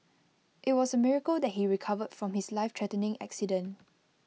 IT was A miracle that he recovered from his lifethreatening accident